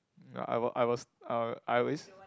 I was I was I I always